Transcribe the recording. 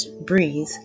breathe